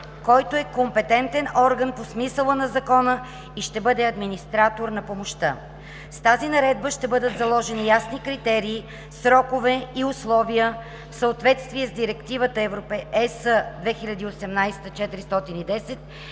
който е компетентен орган по смисъла на закона и ще бъде администратор на помощта. С тази наредба ще бъдат заложени ясни критерии, срокове и условия в съответствие с Директивата (ЕС) 2018/410